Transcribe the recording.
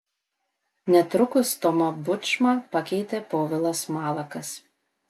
netrukus tomą bučmą pakeitė povilas malakas